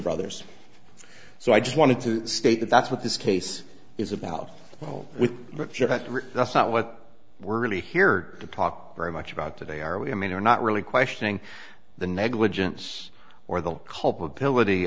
brothers so i just wanted to state that that's what this case is about well we just that's not what we're really here to talk very much about today are we i mean you're not really questioning the negligence or the culpability